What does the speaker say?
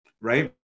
right